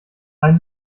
ein